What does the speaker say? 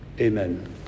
amen